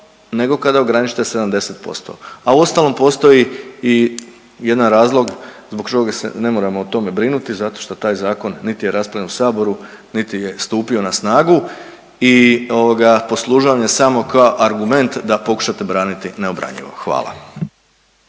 nego kada ograničite 70%, a u ostalom postoji i jedan razlog zbog kojeg se ne moramo o tome brinuti zato što taj zakon niti je raspravljen u saboru, niti je stupio na snagu i ovoga poslužio vam je samo kao argument da pokušate braniti neobranjivo. Hvala.